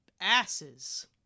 asses